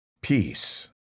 peace